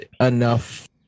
enough